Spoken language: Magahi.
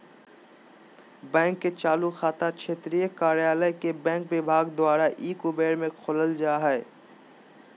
बैंक के चालू खाता क्षेत्रीय कार्यालय के बैंक विभाग द्वारा ई कुबेर में खोलल जा हइ